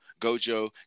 Gojo